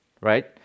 right